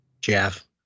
Jeff